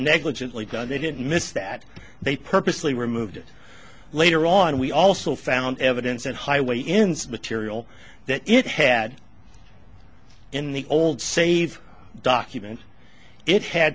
negligently done they didn't miss that they purposely removed it later on we also found evidence that highway ends material that it had in the old save documents it had